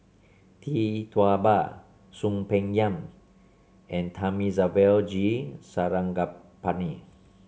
Tee Tua Ba Soon Peng Yam and Thamizhavel G Sarangapani